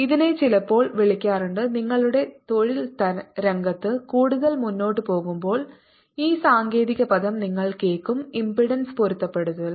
ഇതിനെ ചിലപ്പോൾ വിളിക്കാറുണ്ട് നിങ്ങളുടെ തൊഴിൽ രംഗത്ത് കൂടുതൽ മുന്നോട്ട് പോകുമ്പോൾ ഈ സാങ്കേതിക പദം നിങ്ങൾ കേൾക്കും ഇംപെഡൻസ് പൊരുത്തപ്പെടുത്തൽ